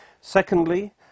Secondly